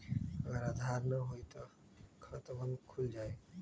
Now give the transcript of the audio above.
अगर आधार न होई त खातवन खुल जाई?